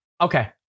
Okay